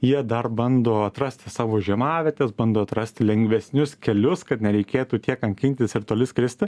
jie dar bando atrasti savo žiemavietes bando atrasti lengvesnius kelius kad nereikėtų tiek kankintis ir toli skristi